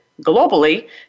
globally